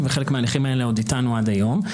חלק מההליכים האלה אתנו עד היום.